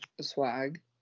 Swag